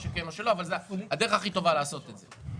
או שכן או שלא אבל זאת הדרך הכי טובה לעשות את זה.